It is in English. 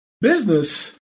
Business